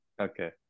okay